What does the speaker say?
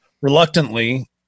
reluctantly